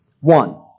One